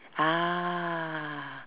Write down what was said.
ah